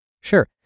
Sure